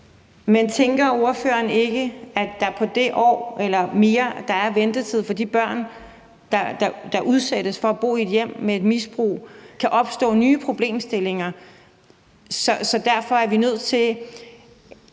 Men tænker ordføreren ikke, at der på det år eller mere, der er af ventetid for de børn, der udsættes for at bo i et hjem med et misbrug, kan opstå nye problemstillinger,